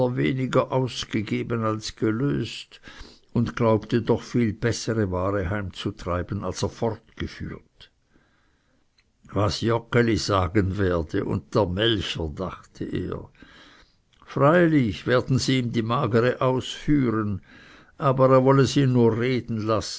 weniger ausgegeben als gelöst und glaubte doch viel bessere ware heimzutreiben als er fortgeführt was joggeli sagen werde und der melcher dachte er freilich werden sie ihm die magere ausführen aber er wolle sie nur reden lassen